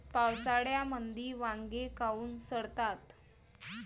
पावसाळ्यामंदी वांगे काऊन सडतात?